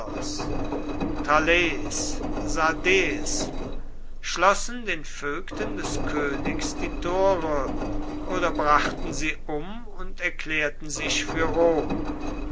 schlossen den vögten des königs die tore oder brachten sie um und erklärten sich für rom